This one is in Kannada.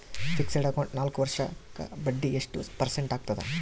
ಫಿಕ್ಸೆಡ್ ಅಕೌಂಟ್ ನಾಲ್ಕು ವರ್ಷಕ್ಕ ಬಡ್ಡಿ ಎಷ್ಟು ಪರ್ಸೆಂಟ್ ಆಗ್ತದ?